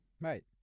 Right